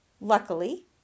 Luckily